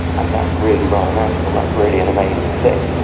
and that's really rather magical, that's really an amazing thing,